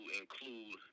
include